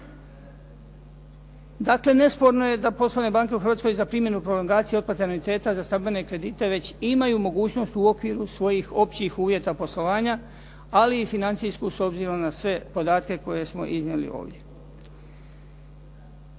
Dakle, nesporno je da poslovne banke u Hrvatskoj za primjenu prolongacije, otplate anuiteta za stambene kredite već imaju mogućnost u okviru svojih općih uvjeta poslovanja ali i financijsku s obzirom na sve podatke koje smo iznijeli ovdje.